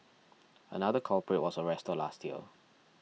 another culprit was arrested last year